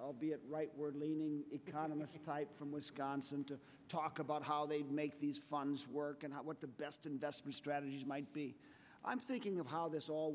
albeit rightward leaning economist type from wisconsin to talk about how they make these funds work and what the best investment strategies might be i'm thinking of how this all